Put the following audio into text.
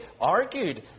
argued